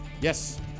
yes